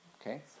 okay